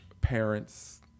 parents